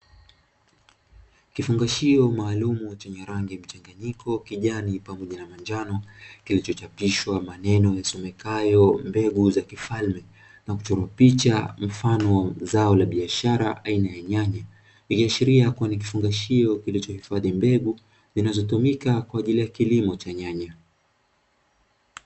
Kifungashio maalumu chenye rangi mchanganyiko kijani pamoja na manjano, kilichochapishwa maneno yasomekayo mbegu za kifalme. Na kuchorwa picha mfano zao la biashara aina ya nyanya ikiashiria kuwa ni kifungashio kilichohifadhi mbegu zinazotumika kwa ajili ya kilimo cha nyanya.